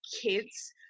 kids